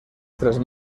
tres